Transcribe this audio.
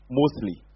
mostly